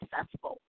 successful